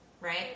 right